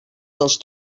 dels